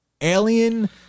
alien